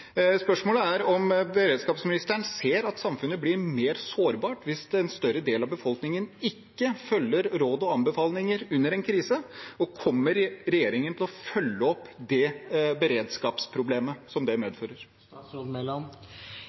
Spørsmålet er om beredskapsministeren ser at samfunnet blir mer sårbart hvis en større del av befolkningen ikke følger råd og anbefalinger under en krise, og kommer regjeringen til å følge opp beredskapsproblemet som det medfører?